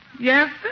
Yes